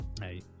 hey